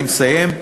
אני מסיים.